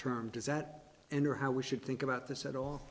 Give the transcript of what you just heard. term does that and or how we should think about this at all